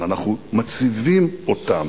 אבל אנחנו מציבים אותם.